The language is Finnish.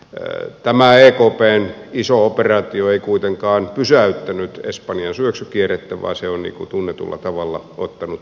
tämä ekpn iso operaatio ei kuitenkaan pysäyttänyt espanjan syöksykierrettä vaan se on tunnetulla tavalla ottanut jatkuakseen